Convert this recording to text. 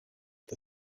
the